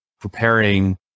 preparing